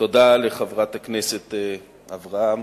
תודה לחברת הכנסת אברהם.